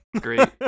great